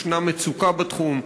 יש מצוקה בתחום,